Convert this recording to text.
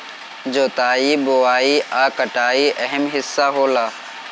जोताई बोआई आ कटाई अहम् हिस्सा होला